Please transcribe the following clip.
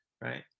right